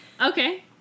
Okay